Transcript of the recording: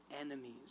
enemies